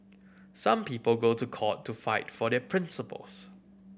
some people go to court to fight for their principles